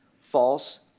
false